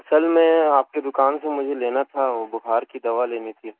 اصل میں آپ کی دکان سے مجھے لینا تھا وہ بخار کی دوا لینی تھی